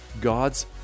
god's